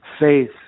faith